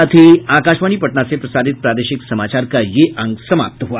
इसके साथ ही आकाशवाणी पटना से प्रसारित प्रादेशिक समाचार का ये अंक समाप्त हुआ